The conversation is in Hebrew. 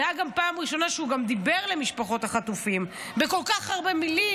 זו הייתה גם הפעם הראשונה שהוא דיבר למשפחות החטופים בכל כך הרבה מילים.